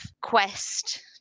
quest